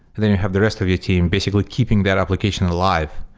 then you have the rest of your team basically keeping that application alive,